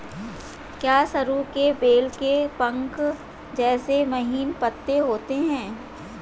क्या सरु के बेल के पंख जैसे महीन पत्ते होते हैं?